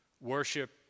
worship